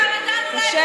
קשה,